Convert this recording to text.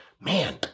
man